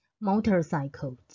Motorcycle